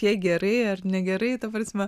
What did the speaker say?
jai gerai ar negerai ta prasme